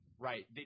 Right